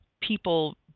people